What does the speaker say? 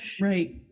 Right